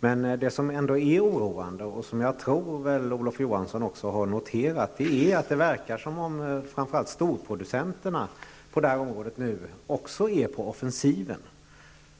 Men det som ändå är oroande och som jag tror att också Olof Johansson har noterat är att det verkar som om framför allt storproducenterna på detta område nu också är på offensiven.